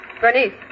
Bernice